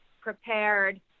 prepared